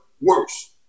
worse